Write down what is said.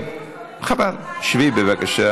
חברת הכנסת,